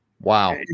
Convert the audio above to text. Wow